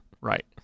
right